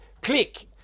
click